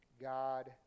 God